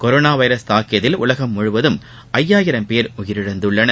corona virus தாக்கியதில் உலகம் முழுவதும் ஐந்தாயிரம் பேர் உயிரிழந்துள்ளனர்